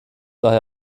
daher